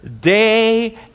day